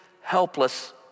helpless